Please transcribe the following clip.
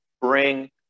bring